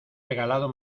regalado